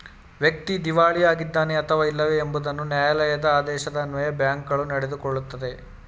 ವ್ಯಕ್ತಿ ದಿವಾಳಿ ಆಗಿದ್ದಾನೆ ಅಥವಾ ಇಲ್ಲವೇ ಎಂಬುದನ್ನು ನ್ಯಾಯಾಲಯದ ಆದೇಶದ ಅನ್ವಯ ಬ್ಯಾಂಕ್ಗಳು ನಡೆದುಕೊಳ್ಳುತ್ತದೆ